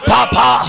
Papa